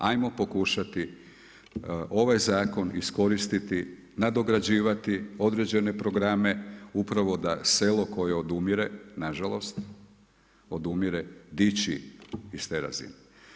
Hajmo pokušati ovaj zakon iskoristiti nadograđivati određene programe upravo da selo koje odumire, na žalost odumire, dići iz te razine.